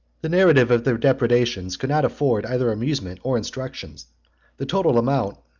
the narrative of their depredations could not afford either amusement or instruction the total amount,